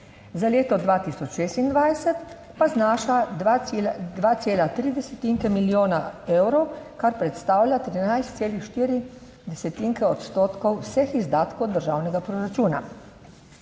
za leto 2026 pa znaša 2,3 desetinke milijona evrov, kar predstavlja 13,4 desetinke odstotkov vseh izdatkov državnega proračuna.